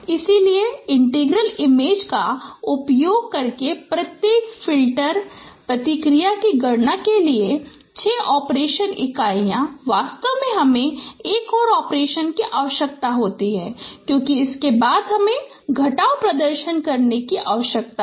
इसलिए integral image का उपयोग करके प्रत्येक फ़िल्टर प्रतिक्रिया की गणना के लिए 6 ऑपरेशन इकाइयां वास्तव में हमें एक और ऑपरेशन की आवश्यकता होती है क्योंकि उसके बाद हमें घटाव प्रदर्शन करने की आवश्यकता है